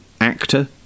actor